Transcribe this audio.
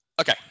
Okay